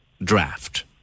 Draft